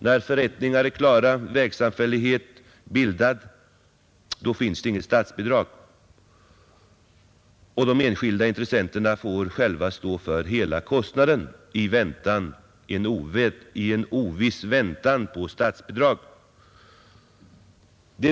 När förrättningarna är klara och vägsamfällighet bildad finns det inget statsbidrag; de enskilda intressenterna får själva stå för hela kostnaden i en oviss väntan på statsbidrag.